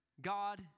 God